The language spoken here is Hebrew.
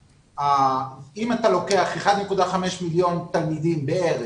אם אתה לוקח 1.5 מיליון תלמידים בערך,